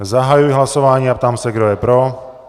Zahajuji hlasování a ptám se, kdo je pro.